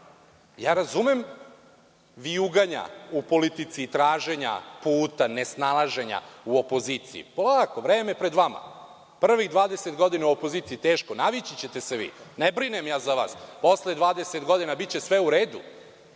to? Razumem vijuganja u politici i traženja puta, nesnalaženja u opoziciji, polako, vreme je pred vama. Prvih 20 godina u opoziciji je teško, navići ćete se vi, ne brinem ja za vas. Posle 20 godina biće sve u redu,